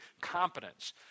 competence